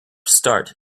start